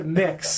mix